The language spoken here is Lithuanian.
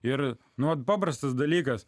ir nuo paprastas dalykas